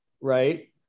right